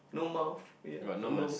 no mouth ya got nose